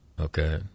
okay